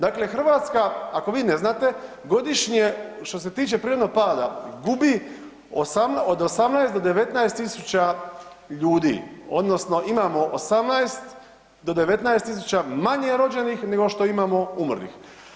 Dakle Hrvatska, ako vi ne znate, godišnje, što se tiče prirodnog pada, gubi od 18 do 19 tisuća ljudi, odnosno imamo 18 do 19 tisuća manje rođenih nego što imamo umrlih.